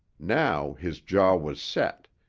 now his jaw was set,